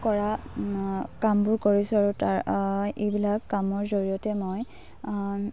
কৰা কামবোৰ কৰিছোঁ আৰু তাৰ এইবিলাক কামৰ জৰিয়তে মই